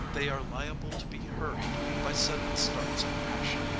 they are liable to be hurried, by sudden starts of passion,